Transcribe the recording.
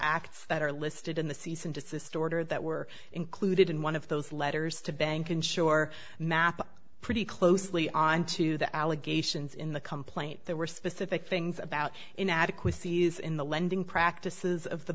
acts that are listed in the cease and desist order that were included in one of those letters to bank ensure map pretty closely onto the allegations in the complaint there were specific things about inadequacies in the lending practices of the